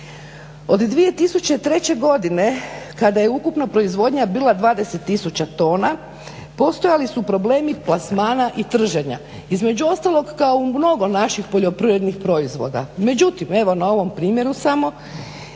Od 2003. godine kada je ukupna proizvodnja bila 20 tisuća tona, postojali su problemi plasmana i trženja, između ostalog kao u mnogo naših poljoprivrednih proizvoda. Međutim, evo na ovom primjeru samo